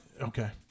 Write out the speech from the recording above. okay